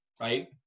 Right